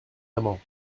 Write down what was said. amants